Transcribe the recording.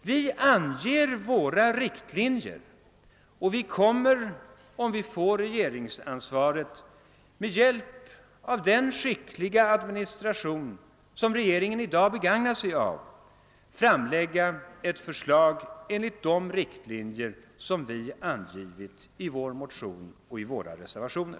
Vi anger våra riktlinjer och vi kommer, om vi får regeringsansvaret, att med hjälp av den skickliga administration som regeringen i dag begagnar framlägga ett förslag enligt de riktlinjer som vi angivit i vår motion och i våra reservationer.